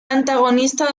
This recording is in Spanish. antagonista